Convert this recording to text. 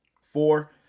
Four